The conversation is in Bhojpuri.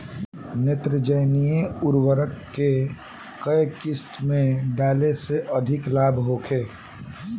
नेत्रजनीय उर्वरक के केय किस्त में डाले से अधिक लाभ होखे?